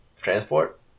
Transport